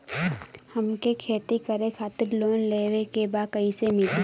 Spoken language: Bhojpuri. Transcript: हमके खेती करे खातिर लोन लेवे के बा कइसे मिली?